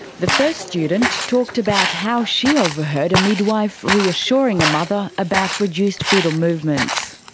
the first student talked about how she overheard a midwife reassuring a mother about reduced foetal movements.